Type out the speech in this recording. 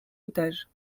otages